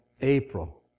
April